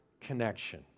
connection